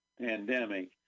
pandemic